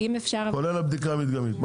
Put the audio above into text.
כולל הבדיקה המדגמית.